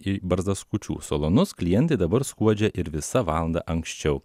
į barzdaskučių salonus klientai dabar skuodžia ir visa valanda anksčiau